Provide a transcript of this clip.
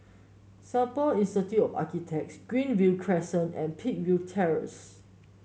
Singapore Institute of Architects Greenview Crescent and Peakville Terrace